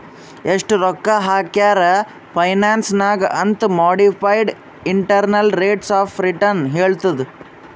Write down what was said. ಎಸ್ಟ್ ರೊಕ್ಕಾ ಹಾಕ್ಯಾರ್ ಫೈನಾನ್ಸ್ ನಾಗ್ ಅಂತ್ modified internal rates of return ಹೇಳತ್ತುದ್